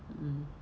mm